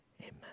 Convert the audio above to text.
amen